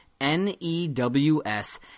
N-E-W-S